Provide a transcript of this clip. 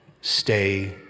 stay